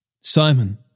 Simon